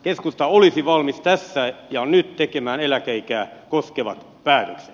keskusta olisi valmis tässä ja nyt tekemään eläkeikää koskevat päätökset